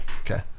Okay